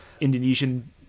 Indonesian